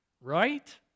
Right